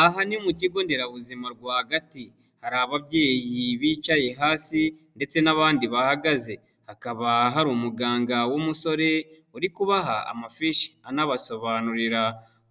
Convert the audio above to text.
Aha ni mu kigo nderabuzima rwagati, hari ababyeyi bicaye hasi ndetse n'abandi bahagaze hakaba hari umuganga w'umusore uri kubaha amafishi anabasobanurira